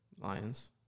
Lions